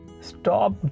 stop